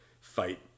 fight